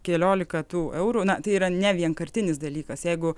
keliolika tų eurų na tai yra nevienkartinis dalykas jeigu